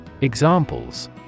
Examples